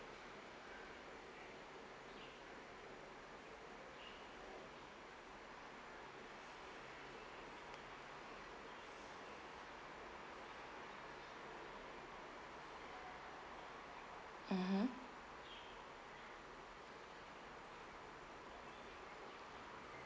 mmhmm